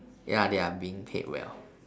ya they are being paid well